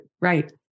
right